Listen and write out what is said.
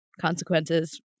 consequences